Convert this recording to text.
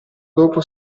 dopo